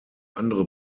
andere